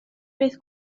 beth